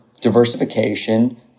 diversification